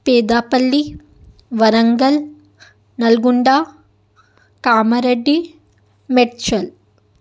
پیدا پلی ورنگل نلگونڈا کاما ریڈی میڈچل